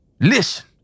Listen